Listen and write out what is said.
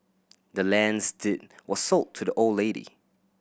the land's deed was sold to the old lady